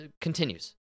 continues